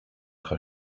être